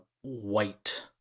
white